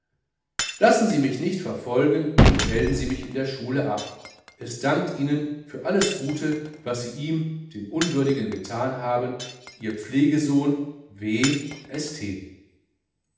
lassen sie mich nicht verfolgen und melden sie mich in der schule ab es dankt ihnen für alles gute was sie ihm dem unwürdigen gethan haben ihr pflegesohn w